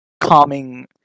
calming